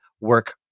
work